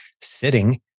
sitting